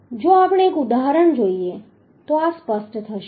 જો આપણે એક ઉદાહરણ જોઈએ તો આ સ્પષ્ટ થશે